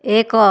ଏକ